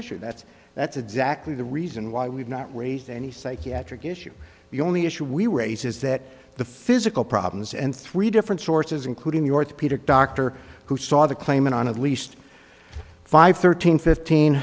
issue that's that's exactly the reason why we've not raised any psychiatric issues the only issue we were eight is that the physical problems and three different sources including the orthopedic doctor who saw the claimant on at least five thirteen fifteen